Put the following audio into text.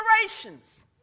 generations